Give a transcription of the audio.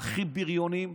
הכי בריונים,